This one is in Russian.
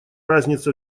разница